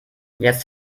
jetzt